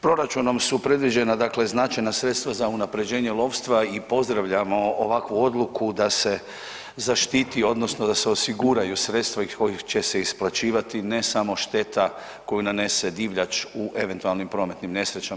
Proračunom su predviđena značajna sredstva za unapređenje lovstva i pozdravljamo ovakvu odluku da se zaštiti odnosno da se osiguraju sredstva iz kojih će se isplaćivati ne samo šteta koju nanese divljač u eventualnim prometnim nesrećama.